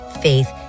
faith